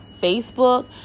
Facebook